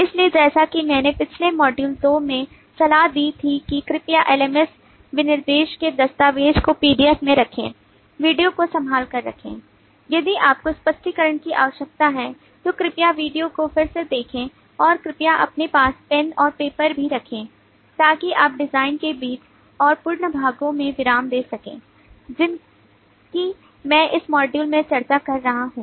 इसलिए जैसा कि मैंने पिछले मॉड्यूल 02 में सलाह दी थी कि कृपया LMS विनिर्देश के दस्तावेज को PDF में रखें वीडियो को संभाल कर रखें यदि आपको स्पष्टीकरण की आवश्यकता है तो कृपया वीडियो को फिर से देखें और कृपया अपने साथ पेन और पेपर भी रखें ताकि आप डिजाइन के बीच और पूर्ण भागों में विराम दे सकें जिनकी मैं इस मॉड्यूल में चर्चा कर रहा हूं